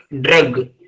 drug